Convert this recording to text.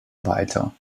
weiter